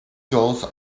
gulls